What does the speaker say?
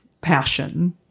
passion